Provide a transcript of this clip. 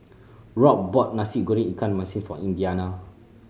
Rob bought Nasi Goreng ikan masin for Indiana